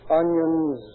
onions